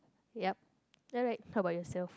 yup alright how about yourself